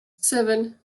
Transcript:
seven